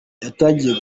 yatangiye